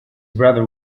brother